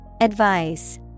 advice